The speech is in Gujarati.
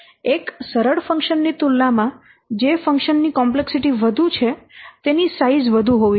એક સરળ ફંકશન ની તુલનામાં જે ફંકશન ની કોમ્પ્લેક્સિટી વધુ છે તેની સાઈઝ વધુ હોવી જોઈએ